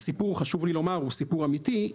חשוב לי לומר שהסיפור הוא סיפור אמיתי.